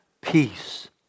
peace